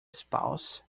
spouse